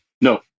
No